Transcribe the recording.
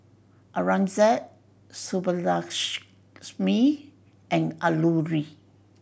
Aurangzeb Subbulakshmi and Alluri